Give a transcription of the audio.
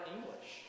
English